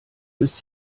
ist